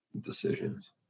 decisions